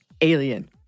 Alien